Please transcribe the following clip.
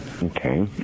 Okay